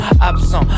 Absent